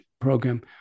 program